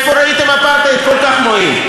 איפה ראיתם אפרטהייד כל כך מועיל?